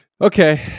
Okay